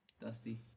Dusty